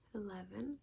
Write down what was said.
eleven